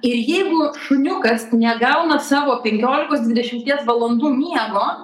ir jeigu šuniukas negauna savo penkiolikos dvidešimties valandų miego